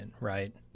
right